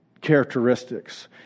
characteristics